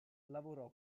lavorò